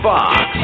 Fox